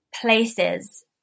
places